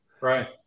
Right